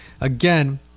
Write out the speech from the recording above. again